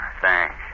Thanks